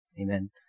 Amen